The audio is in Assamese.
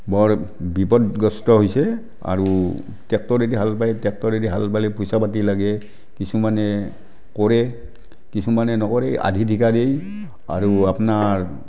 বৰ বিপদগ্ৰস্থ হৈছে আৰু টেক্টৰেদি হাল বায় টেক্টৰেদি হাল বালে পইচা পাতি লাগে কিছুমানে কৰে কিছুমানে নকৰে আধি ঠিকা দেই আৰু আপোনাৰ